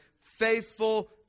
faithful